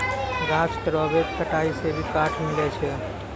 गाछ केरो अवैध कटाई सें भी काठ मिलय छै